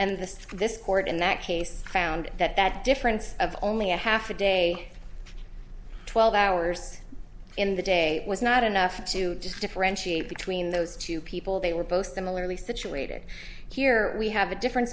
and this this court in that case found that that difference of only a half a day twelve hours in the day was not enough to just differentiate between those two people they were both similarly situated here we have a difference